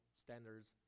standards